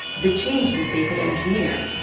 the change that they could engineer.